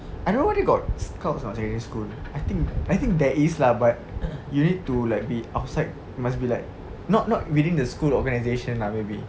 I don't know whether got scout or not secondary school I think I think there is lah but you need to be like outside must be like not not within the school organisation maybe